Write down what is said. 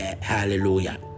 hallelujah